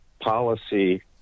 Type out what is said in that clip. policy